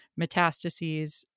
metastases